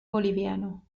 boliviano